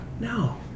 No